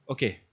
Okay